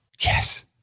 Yes